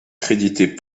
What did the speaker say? créditées